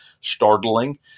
startling